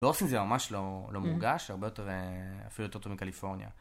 לא עושים זה ממש לא מורגש, הרבה יותר, אפילו יותר טוב מקליפורניה.